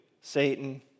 Satan